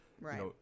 right